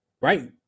right